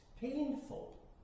Painful